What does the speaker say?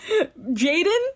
Jaden